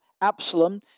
Absalom